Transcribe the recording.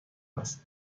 هست